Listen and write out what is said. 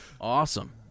awesome